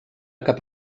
cap